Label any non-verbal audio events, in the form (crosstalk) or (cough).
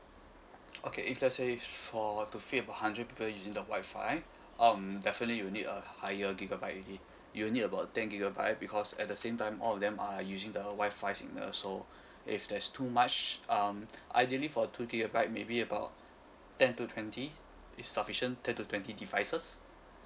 okay if let say for to fill about hundred people using the Wi-Fi um definitely you need a higher gigabyte already you'll need about ten gigabyte because at the same time all of them are using the Wi-Fi signal so (breath) if there's too much um ideally for two gigabyte maybe about ten to twenty is sufficient ten to twenty devices